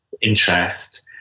interest